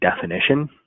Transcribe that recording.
definition